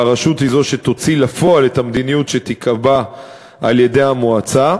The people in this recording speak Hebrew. והרשות היא שתוציא לפועל את המדיניות שתיקבע על-ידי המועצה.